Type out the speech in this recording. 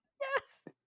yes